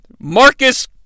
Marcus